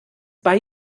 bei